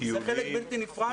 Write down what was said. זה חלק בלתי נפרד,